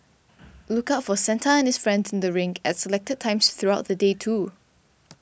look out for Santa and his friends in the rink at selected times throughout the day too